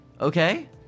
Okay